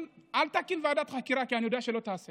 אל תקים ועדת חקירה, כי אני יודע שלא תעשה